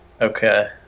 Okay